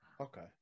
okay